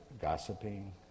gossiping